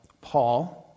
Paul